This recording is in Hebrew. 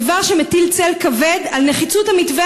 דבר שמטיל צל כבד על נחיצות המתווה